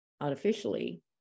artificially